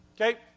Okay